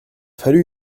fallu